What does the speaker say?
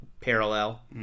parallel